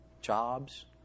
jobs